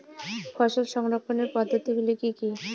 ফসল সংরক্ষণের পদ্ধতিগুলি কি কি?